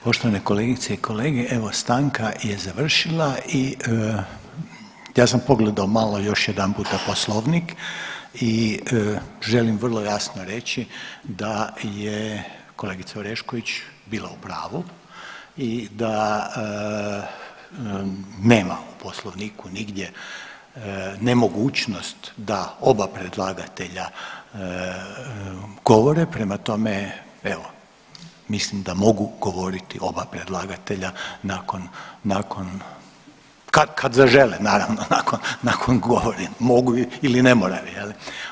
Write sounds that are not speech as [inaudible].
Poštovane kolegice i kolege evo stanka je završila i ja sam pogledao malo još jedanputa Poslovnik i želim vrlo jasno reći da je kolegica Orešković bila u pravu i da nema u Poslovniku nigdje nemogućnost da oba predlagatelja govore, prema tome evo mislim da mogu govoriti oba predlagatelja nakon, nakon kad zažele naravno, nakon, nakon … [unintelligible] mogu ili ne moraju je li.